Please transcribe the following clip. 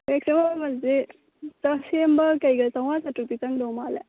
ꯒꯥꯔꯤ ꯁꯦꯝꯕ ꯃꯃꯟꯁꯤ ꯁꯦꯝꯕ ꯀꯩꯒ ꯆꯥꯝꯃꯉꯥ ꯆꯥꯇ꯭ꯔꯨꯛꯇꯤ ꯆꯪꯗꯧꯃꯥꯜꯂꯦ